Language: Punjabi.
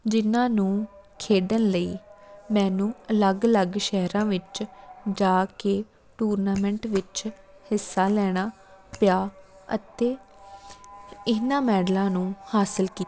ਜਿਹਨਾਂ ਨੂੰ ਖੇਡਣ ਲਈ ਮੈਨੂੰ ਅਲੱਗ ਅਲੱਗ ਸ਼ਹਿਰਾਂ ਵਿੱਚ ਜਾ ਕੇ ਟੂਰਨਾਮੈਂਟ ਵਿੱਚ ਹਿੱਸਾ ਲੈਣਾ ਪਿਆ ਅਤੇ ਇਹਨਾਂ ਮੈਡਲਾਂ ਨੂੰ ਹਾਸਲ ਕੀਤਾ